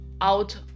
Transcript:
out